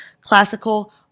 classical